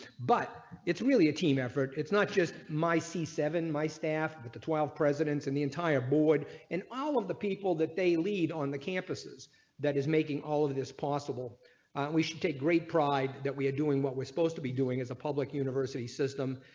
but it's really a team effort. it's not just my c seven my staff but the twelve president in the entire board and all of the people that they lead on the campus is that is making all of this possible. and we should take great pride that we're doing what we're supposed to be doing is a public university system.